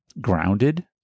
grounded